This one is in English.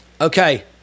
okay